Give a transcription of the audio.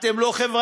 אתם לא חברתיים,